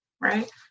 right